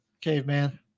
Caveman